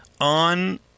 on